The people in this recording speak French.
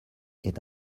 est